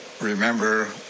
remember